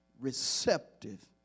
receptive